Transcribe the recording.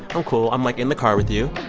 i'm cool. i'm, like, in the car with you